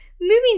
moving